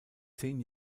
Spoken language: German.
zehn